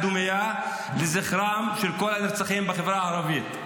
תוכנית חירום לטיפול בפשיעה בחברה הערבית.